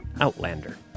Outlander